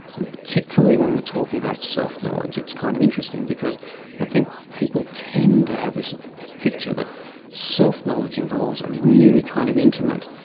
and particularly when we're talking about self-knowledge it's kind of interesting because i think people tend to have this picture that self-knowledge involves a really kind of intimate,